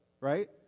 right